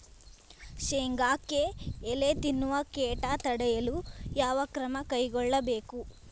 ಶೇಂಗಾಕ್ಕೆ ಎಲೆ ತಿನ್ನುವ ಕೇಟ ತಡೆಯಲು ಯಾವ ಕ್ರಮ ಕೈಗೊಳ್ಳಬೇಕು?